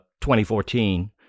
2014